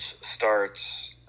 starts